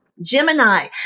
Gemini